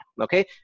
Okay